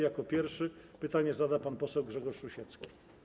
Jako pierwszy pytanie zada pan poseł Grzegorz Rusiecki.